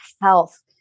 health